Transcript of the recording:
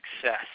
success